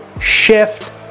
shift